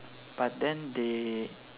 but then they